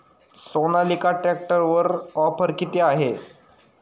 सोनालिका ट्रॅक्टरवर ऑफर किती आहे?